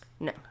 No